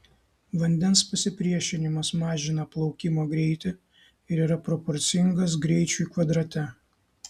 vandens pasipriešinimas mažina plaukimo greitį ir yra proporcingas greičiui kvadrate